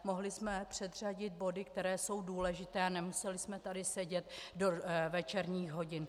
Mohli jsme předřadit body, které jsou důležité, a nemuseli jsme tady sedět do večerních hodin.